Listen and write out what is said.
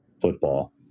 football